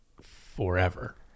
forever